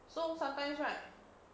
so sometimes right